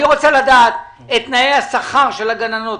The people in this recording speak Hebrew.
אני רוצה לדעת את תנאי השכר של הגננות,